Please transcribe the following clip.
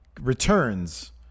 returns